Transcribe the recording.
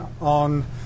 on